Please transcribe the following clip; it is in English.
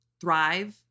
thrive